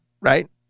right